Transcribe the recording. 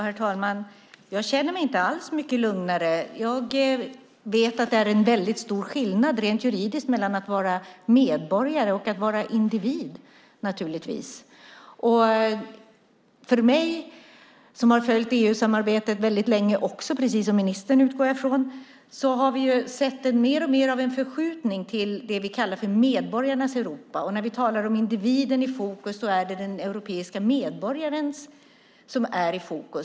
Herr talman! Jag känner mig inte alls så mycket lugnare. Det är naturligtvis väldigt stor skillnad rent juridiskt mellan att vara medborgare och att vara individ. Jag har följt EU-samarbetet väldigt länge - precis som ministern, utgår jag ifrån - och vi har sett mer och mer av en förskjutning av det vi kallar medborgarnas Europa. När vi talar om individen i fokus är det den europeiska medborgaren som är i fokus.